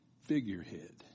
figurehead